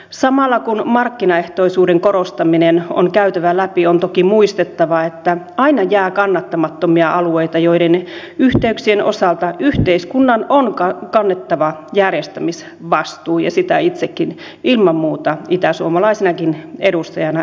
samalla kun markkinaehtoisuuden korostaminen on käytävä läpi on toki muistettava että aina jää kannattamattomia alueita joiden yhteyksien osalta yhteiskunnan on kannettava järjestämisvastuu ja sitä itsekin ilman muuta itäsuomalaisenakin edustajana edellytän